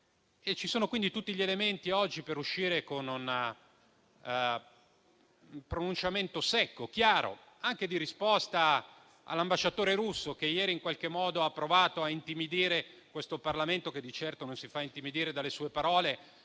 Ci sono quindi tutti gli elementi oggi per uscire con un pronunciamento secco e chiaro, anche di risposta all'ambasciatore russo, che ieri in qualche modo ha provato a intimidire questo Parlamento - che di certo non si fa intimidire dalle sue parole